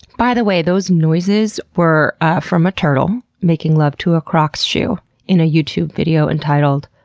by the way, those noises were from a turtle making love to a crocs shoe in a youtube video entitled,